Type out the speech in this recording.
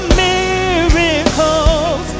miracles